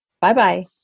Bye-bye